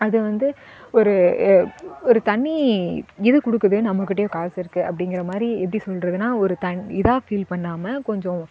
அது வந்து ஒரு ஒரு தனி இது கொடுக்குது நம்மகிட்டையும் காசு இருக்குது அப்படிங்கிற மாதிரி எப்படி சொல்கிறதுனா ஒரு த இதாக ஃபீல் பண்ணாமல் கொஞ்சம்